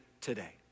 today